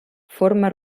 forma